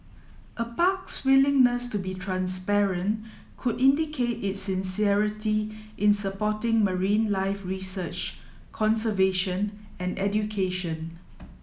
a park's willingness to be transparent could indicate its sincerity in supporting marine life research conservation and education